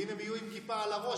ואם הם יהיו עם כיפה על הראש,